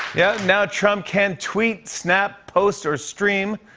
yeah now trump can't tweet, snap, post, or stream.